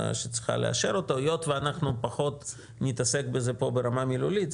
שצריכה לאשר אותו היות ואנחנו פחות נתעסק בזה פה ברמה מילולית,